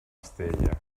estella